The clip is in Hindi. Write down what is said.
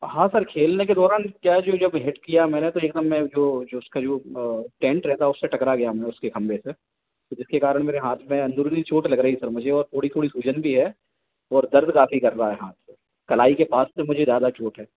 हाँ सर खेलने के दौरान कैजुअल जब हिट किया मैंने तो एकदम मैं जो जो उसका जो टेंटे रहता है उससे टकरा गया मैं उसके खंबे से तो जिसके कारण मेरे हाथ में अंदरूनी चोट लग रही सर मुझे और थोड़ी थोड़ी सूजन भी है और दर्द काफी कर रहा है हाथ कलाई के पास से मुझे ज़्यादा चोट है